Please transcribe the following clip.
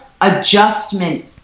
adjustment